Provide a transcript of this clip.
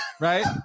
right